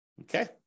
okay